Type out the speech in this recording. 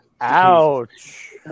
Ouch